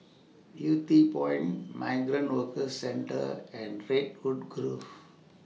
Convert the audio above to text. Yew Tee Point Migrant Workers Centre and Redwood Grove